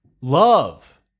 love